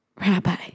Rabbi